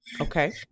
Okay